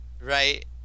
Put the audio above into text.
Right